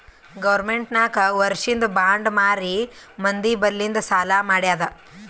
government ನಾಕ್ ವರ್ಷಿಂದ್ bond ಮಾರಿ ಮಂದಿ ಬಲ್ಲಿಂದ್ ಸಾಲಾ ಮಾಡ್ಯಾದ್